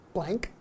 Blank